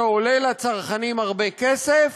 שעולה לצרכנים הרבה כסף